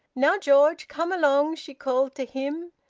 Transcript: now, george, come along she called to him.